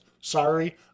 Sorry